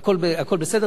הכול בסדר.